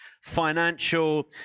financial